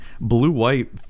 Blue-White